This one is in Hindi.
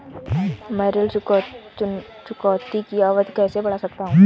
मैं ऋण चुकौती की अवधि कैसे बढ़ा सकता हूं?